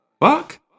fuck